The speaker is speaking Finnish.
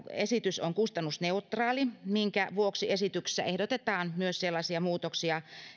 esitys on kustannusneutraali minkä vuoksi esityksessä ehdotetaan myös sellaisia muutoksia